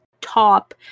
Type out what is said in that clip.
top